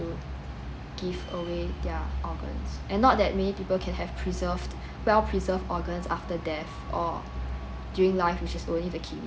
give away their organs and not that many people can have preserved well preserved organs after death or during life which is only the kidneys